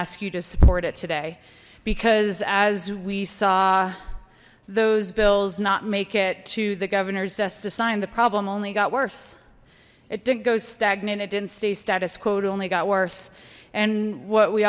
ask you to support it today because as we saw those bills not make it to the governor's desk to sign the problem only got worse it did go stagnant it didn't stay status quo to only got worse and what we